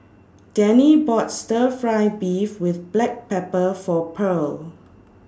Dennie bought Stir Fry Beef with Black Pepper For Purl